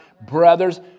brothers